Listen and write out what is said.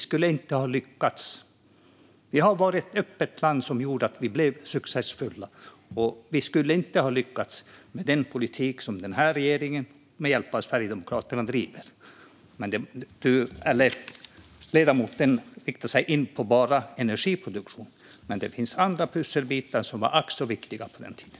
Sverige har varit ett öppet land, och det har gjort att Sverige har blivit framgångsrikt. Vi skulle inte ha lyckats med den politik som denna regering med hjälp av Sverigedemokraterna driver. Ledamoten riktar in sig bara på energiproduktion, men det fanns andra pusselbitar som var ack så viktiga på den tiden.